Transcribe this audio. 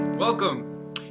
welcome